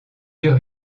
eurent